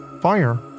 Fire